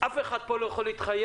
אף אחד פה לא יכול להתחייב